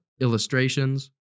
illustrations